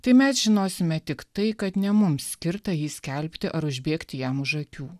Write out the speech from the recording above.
tai mes žinosime tik tai kad ne mums skirta jį skelbti ar užbėgti jam už akių